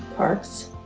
parks.